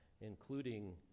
Including